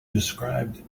described